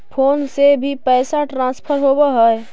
Phone से भी पैसा ट्रांसफर होवहै?